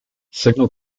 signal